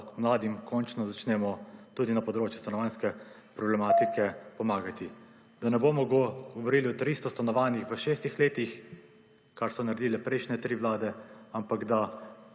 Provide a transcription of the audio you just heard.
da mladim končno začnemo, tudi na področju stanovanjske problematike, pomagati. Da ne bomo govorili o tristo stanovanjih v šestih letih, kar so naredile prejšnje tri Vlade, ampak da